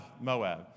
Moab